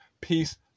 peace